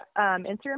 Instagram